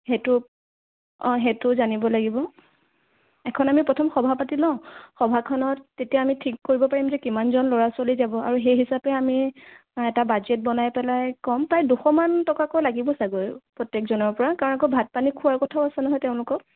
সেইটো অ' সেইটোও জানিব লাগিব এখন আমি প্ৰথম সভা পাতি লওঁ সভাখনত তেতিয়া আমি ঠিক কৰিব পাৰিম যে কিমানজন ল'ৰা ছোৱালী যাব আৰু সেই হিচাপে আমি এটা বাজেট বনাই পেলাই কম প্ৰায় দুশমান টকাকৈ লাগিব চাগে প্ৰত্যেকজনৰ পৰা কাৰণ আকৌ ভাত পানী খোৱাৰ কথাও আছে নহয় তেওঁলোকক